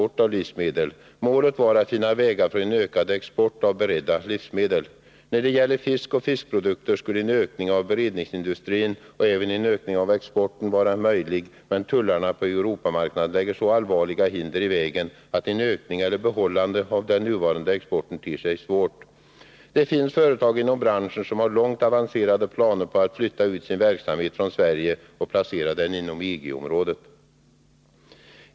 Målet var att finna vägar för en ökad export av beredda livsmedel. När det gäller fisk och fiskprodukter skulle en ökning av beredningsindustrin och även en ökning av exporten vara möjlig, men tullarna på Europamarknaden lägger så allvarliga hinder i vägen att det ter sig svårt att öka eller behålla den nuvarande exporten. Det finns företag inom branschen som har långt avancerade planer på att flytta ut sin verksamhet från Sverige och placera sig inom EG-området.